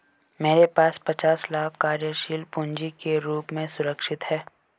मेरे पास पचास लाख कार्यशील पूँजी के रूप में सुरक्षित हैं